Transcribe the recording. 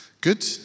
good